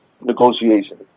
negotiation